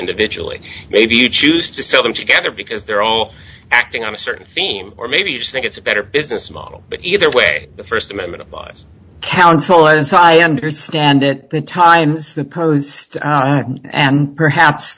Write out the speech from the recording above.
individually maybe you choose to sell them together because they're all acting on a certain theme or maybe you just think it's a better business model but either way the st amendment applies council as i understand it the times the pose and perhaps